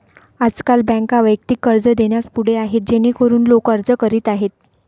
आजकाल बँका वैयक्तिक कर्ज देण्यास पुढे आहेत जेणेकरून लोक अर्ज करीत आहेत